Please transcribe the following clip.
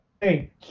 Hey